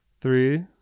three